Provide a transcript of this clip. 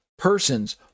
persons